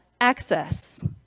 access